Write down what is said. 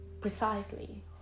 precisely